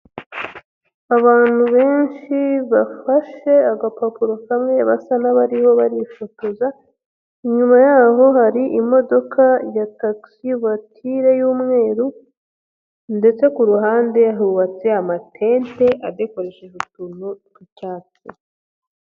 Abantu benshi bafashe agapapuro kamwe basa n'abariho barifotoza, inyuma yaho hari imodoka ya tagisi vuwatire y'umweru ndetse ku ruhande hubatse amatente adakoresheje utuntu tw'icyatsi.